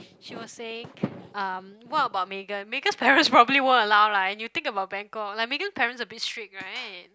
she was saying um what about Megan Megan's parents probably won't allow lah and you think about bangkok like Megan parents a bit strict right